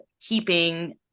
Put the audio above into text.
keeping